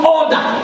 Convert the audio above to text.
order